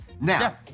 now